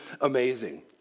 amazing